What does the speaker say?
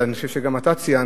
ואני חושב שגם אתה ציינת,